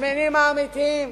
השמנים האמיתיים,